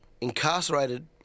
Incarcerated